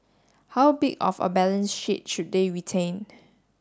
how big of a balance sheet should they retain